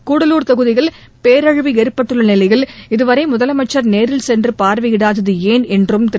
கூடலூர் தொகுதியில் பேரழிவு ஏற்பட்டுள்ள நிலையில் இதுவரை முதலமைச்சர் நேரில் சென்று பார்வையிடாதது ஏன் என்றும் திரு